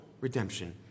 redemption